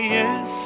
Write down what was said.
yes